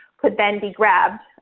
could then be grabbed,